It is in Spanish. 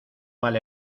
mal